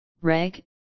reg